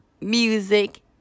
music